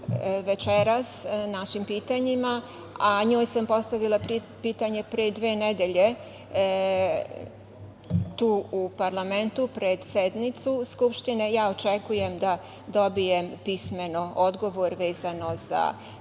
večeras našim pitanjima, a njoj sam postavila pitanje pre dve nedelje tu u parlamentu pred sednicu Skupštine. Ja očekujem da dobijem pismeno odgovor vezano za